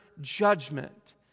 judgment